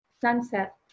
sunset